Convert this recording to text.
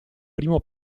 primo